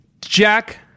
Jack